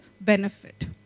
benefit